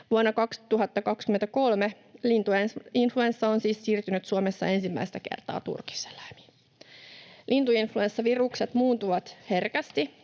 Vuonna 2023 lintuinf-luenssa on siis siirtynyt Suomessa ensimmäistä kertaa turkiseläimiin. Lintuinfluenssavirukset muuntuvat herkästi,